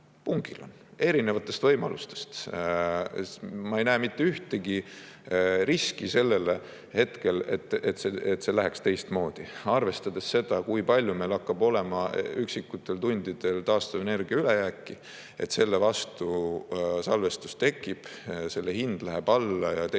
pungil, erinevatest võimalustest pungil. Ma ei näe praegu mitte ühtegi riski selleks, et see läheks teistmoodi, arvestades seda, kui palju meil hakkab olema üksikutel tundidel taastuvenergia ülejääki. Selle vastu salvestust tekib, selle hind läheb alla ja tekib